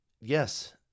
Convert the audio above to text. yes